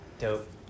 dope